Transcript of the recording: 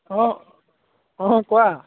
অঁ অঁ কোৱা